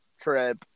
trip